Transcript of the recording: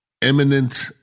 Imminent